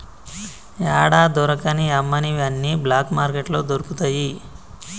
యాడా దొరకని అమ్మనివి అన్ని బ్లాక్ మార్కెట్లో దొరుకుతయి